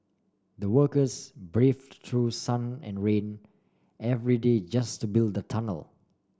the workers braved through sun and rain every day just to build the tunnel